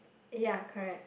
ya correct